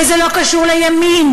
וזה לא קשור לימין,